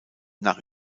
nach